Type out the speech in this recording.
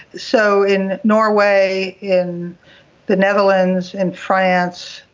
so in norway, in the netherlands, in france,